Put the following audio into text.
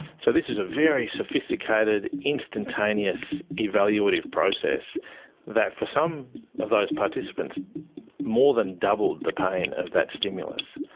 so this is a very sophisticated instantaneous evaluative process that for some of those participants more than doubled the pain of that stimulus.